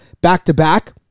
back-to-back